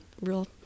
real